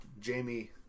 Jamie